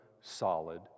solid